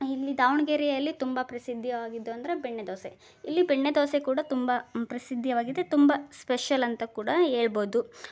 ಇಲ್ಲಿ ದಾವಣಗೆರೆಯಲ್ಲಿ ತುಂಬ ಪ್ರಸಿದ್ಧಿಯಾಗಿದ್ದು ಅಂದರೆ ಬೆಣ್ಣೆ ದೋಸೆ ಇಲ್ಲಿ ಬೆಣ್ಣೆ ದೋಸೆ ಕೂಡ ತುಂಬ ಪ್ರಸಿದ್ಧಿಯಾಗಿದೆ ತುಂಬ ಸ್ಪೆಷಲ್ ಅಂತ ಕೂಡ ಹೇಳ್ಬೋದು